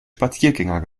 spaziergänger